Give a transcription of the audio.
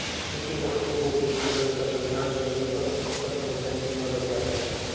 किसी वस्तु को गिरवी रख कर ऋण लेने पर उस पर मूलधन कितना लग जाता है?